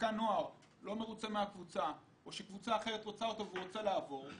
ששחקן נוער לא מרוצה מהקבוצה או שקבוצה אחרת רוצה אותו והוא רוצה לעבור.